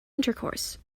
intercourse